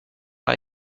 par